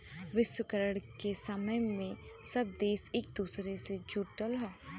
वैश्वीकरण के समय में सब देश एक दूसरे से जुड़ल हौ